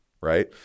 right